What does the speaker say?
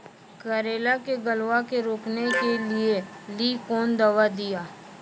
करेला के गलवा के रोकने के लिए ली कौन दवा दिया?